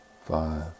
five